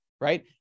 right